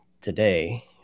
today